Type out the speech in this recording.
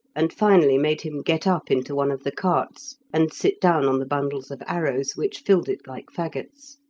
and finally made him get up into one of the carts, and sit down on the bundles of arrows, which filled it like faggots.